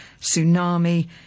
tsunami